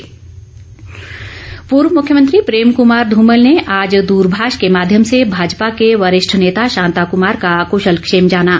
धूमल पूर्व मुख्यमंत्री प्रेम कुमार धूमल ने आज दूरमाष के माध्यम से भाजपा के वरिष्ठ नेता शांता कुमार का कूशलक्षेम जाना